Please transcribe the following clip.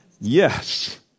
Yes